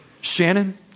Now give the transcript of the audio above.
Shannon